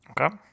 Okay